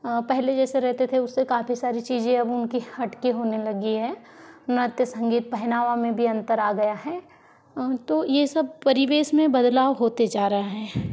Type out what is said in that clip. पहले जैसे रहते थे उससे काफ़ी सारी चीज़ें अब उनकी हट के होने लगी हैं नृत्य संगीत पहनावा में भी अंतर आ गया है तो ये सब परिवेश में बदलाव होते जा रहे हैं